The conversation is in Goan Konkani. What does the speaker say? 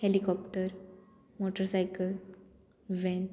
helicopter motorcycle van